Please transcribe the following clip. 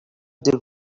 the